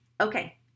Okay